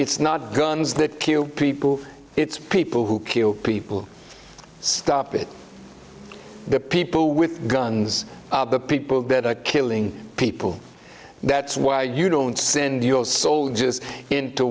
it's not guns that kill people it's people who kill people stop it the people with guns the people that are killing people that's why you don't send your soldiers into